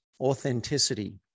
authenticity